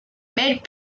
made